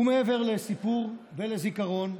ומעבר לסיפור ולזיכרון,